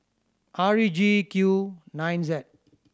R E G Q nine Z